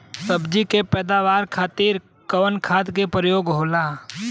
सब्जी के लिए पैदावार के खातिर कवन खाद के प्रयोग होला?